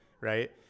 right